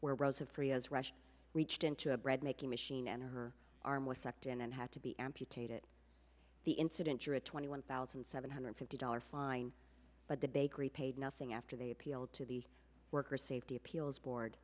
have reached into a bread making machine and her arm was sucked in and had to be amputated the incident you're at twenty one thousand seven hundred fifty dollars fine but the bakery paid nothing after they appealed to the workers safety appeals board